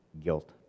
Guilt